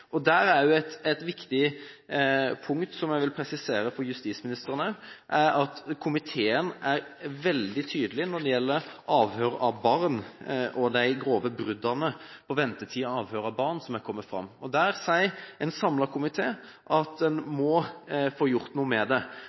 Et viktig punkt som jeg vil presisere for justisministeren også, er at komiteen er veldig tydelig når det gjelder avhør av barn og de grove bruddene på regelen om ventetid ved avhør av barn som er kommet fram. En samlet komité sier at en må få gjort noe med det,